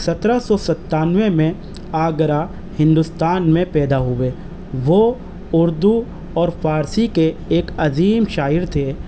سترہ سو ستانوے میں آگرہ ہندوستان میں پیدا ہوئے وہ اردو اور فارسی کے ایک عظیم شاعر تھے